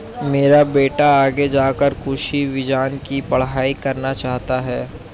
मेरा बेटा आगे जाकर कृषि विज्ञान की पढ़ाई करना चाहता हैं